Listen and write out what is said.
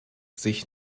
sich